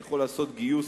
אני יכול לעשות גיוס,